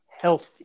healthy